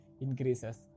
increases